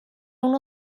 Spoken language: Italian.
uno